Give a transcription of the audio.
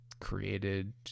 created